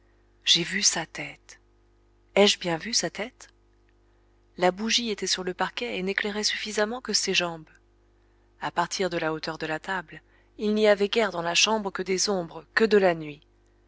j'ai vu sa tête ai-je bien vu sa tête la bougie était sur le parquet et n'éclairait suffisamment que ses jambes à partir de la hauteur de la table il n'y avait guère dans la chambre que des ombres que de la nuit